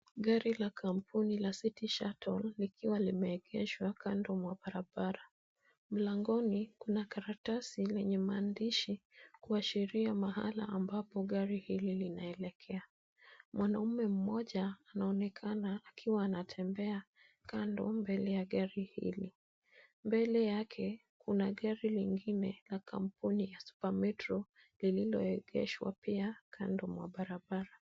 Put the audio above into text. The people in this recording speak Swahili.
Gari la kampuni la city shuttle likiwa limeegeshwa kando mwa barabara, mlangoni kuna karatasi yenye maandishi kuashiria mahala ambapo gari hili linaelekea, mwanaume mmoja anaonekana akiwa anatembea kando mbele ya gari hili mbele yake kuna gari lingine na kampuni ya super metro lililoegeshwa pia kando mwa barabara.